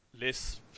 Less